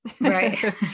Right